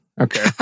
Okay